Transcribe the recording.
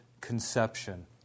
conception